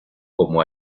como